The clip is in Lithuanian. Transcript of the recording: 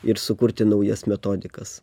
ir sukurti naujas metodikas